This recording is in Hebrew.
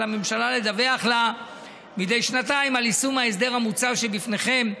הממשלה לדווח לה מדי שנתיים על יישום ההסדר המוצע בפניכם,